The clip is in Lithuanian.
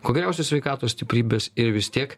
kuo geriausios sveikatos stiprybės ir vis tiek